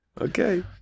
Okay